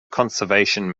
conservation